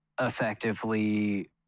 effectively